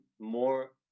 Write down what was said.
more